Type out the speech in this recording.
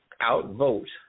outvote